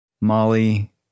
Molly